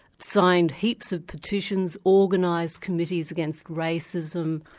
signed heaps of petitions, organised committees against racism.